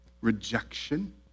Rejection